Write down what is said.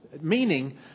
Meaning